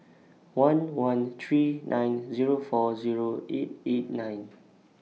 one one three nine Zero four Zero eight eight nine